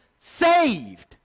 saved